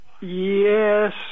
Yes